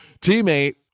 teammate